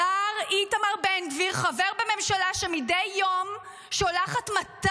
השר איתמר בן גביר חבר בממשלה שמדי יום שולחת 200